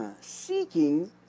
seeking